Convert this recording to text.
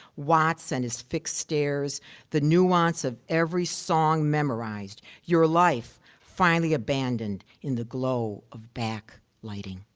watts and his fixed stares the nuance of every song memorized. your life finally abandoned in the glow of back lighting.